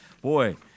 Boy